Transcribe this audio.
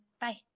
Bye